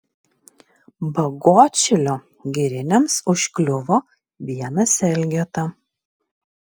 bagotšilio giriniams užkliuvo vienas elgeta